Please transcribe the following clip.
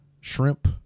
shrimp